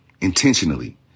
intentionally